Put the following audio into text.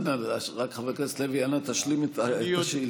אנא, חבר הכנסת לוי, תשלים את השאילתה.